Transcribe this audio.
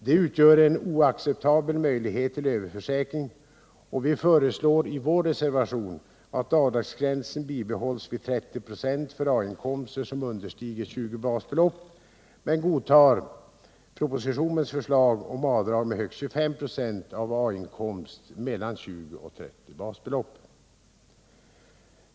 Detta innebär en oacceptabel möjlighet till överförsäkring, och vi föreslår därför i vår reservation att avdragsgränsen bibehålls vid 30 96 för A inkomster som understiger 20 basbelopp, men vi godtar propositionens förslag med högst 25 96 av A-inkomst mellan 20 och 30 basbelopp.